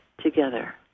together